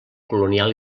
colonial